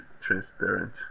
transparent